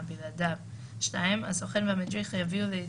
אני היום ותעבירו את